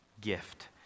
gift